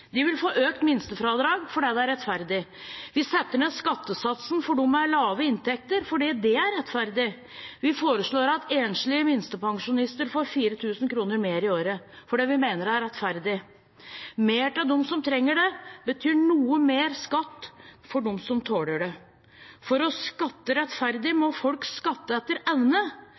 De vil få økt minstefradrag – fordi det er rettferdig. Vi setter ned skattesatsen for dem med lave inntekter – fordi det er rettferdig. Vi foreslår at enslige minstepensjonister får 4 000 kr mer i året – fordi vi mener det er rettferdig. Mer til dem som trenger det, betyr noe mer skatt for dem som tåler det. For å skatte rettferdig må folk skatte etter evne.